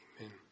Amen